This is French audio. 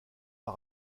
par